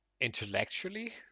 intellectually